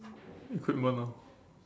equipment ah